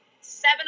seven